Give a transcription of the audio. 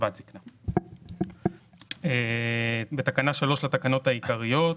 תיקון תקנה 3 בתקנה 3 לתקנות העיקריות,